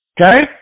Okay